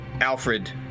Alfred